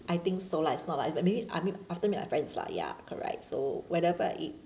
I think so lah it's not lah if I mean I mean after meet my friends lah ya correct so whenever it